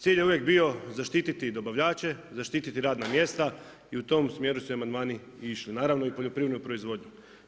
Cilj je uvijek bio zaštiti dobavljače, zaštiti radna mjesta i u tom smjeru su i amandmani išli, naravno i poljoprivredno proizvodnja.